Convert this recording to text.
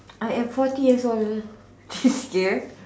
I am forty years old okay